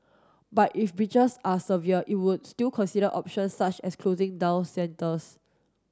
but if breaches are severe it will still consider options such as closing down centres